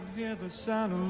yeah the sun